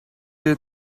you